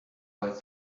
like